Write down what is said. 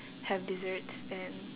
have desserts and